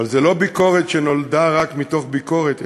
אבל זה לא ביקורת שנולדה רק מתוך ביקורת,